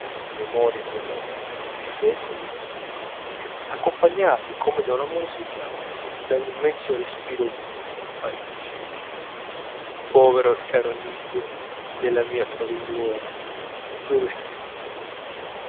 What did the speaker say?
di memoria in memoria di secolo in secolo accompagnati come da una musica dall'immenso respiro di parigi povero e caro nido della mia famigliuola dove sei